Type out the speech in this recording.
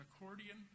accordion